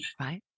Right